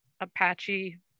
Apache